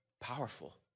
Powerful